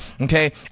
Okay